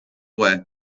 way